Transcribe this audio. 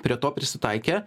prie to prisitaikė